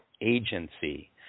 agency